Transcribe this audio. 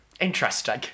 interesting